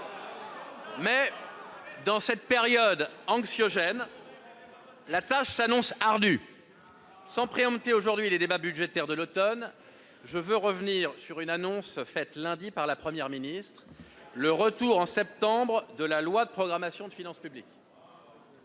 Mais, dans cette période anxiogène, la tâche s'annonce ardue. Sans anticiper aujourd'hui sur les débats budgétaires de l'automne, je veux revenir sur une annonce faite lundi par la Première ministre : le retour au mois de septembre de la loi de programmation des finances publiques.